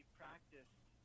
practiced